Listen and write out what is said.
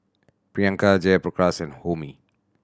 Priyanka Jayaprakash and Homi